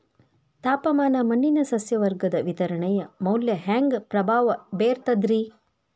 ತಾಪಮಾನ ಮಣ್ಣಿನ ಸಸ್ಯವರ್ಗದ ವಿತರಣೆಯ ಮ್ಯಾಲ ಹ್ಯಾಂಗ ಪ್ರಭಾವ ಬೇರ್ತದ್ರಿ?